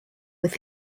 with